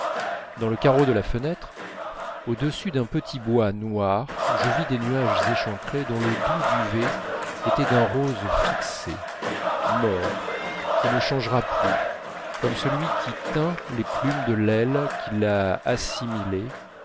dans le carreau de la fenêtre au-dessus d'un petit bois noir je vis des nuages échancrés dont le doux duvet était d'un rose fixé mort qui ne changera plus comme celui qui teint les plumes de l'aile qui l'a assimilé